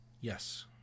Yes